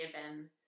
given